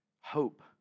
hope